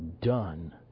done